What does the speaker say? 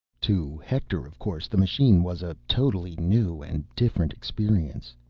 to hector, of course, the machine was a totally new and different experience.